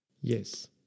Yes